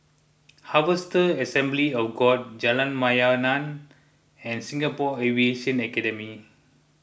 Harvester Assembly of God Jalan Mayaanam and Singapore Aviation Academy